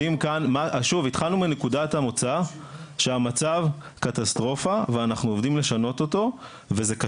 התחלנו מנקודת המוצא שהמצב קטסטרופה ואנחנו עובדים לשנות אותו,